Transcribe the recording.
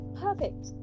Perfect